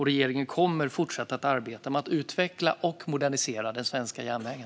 Regeringen kommer att fortsätta att arbeta med att utveckla och modernisera den svenska järnvägen.